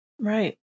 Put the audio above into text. Right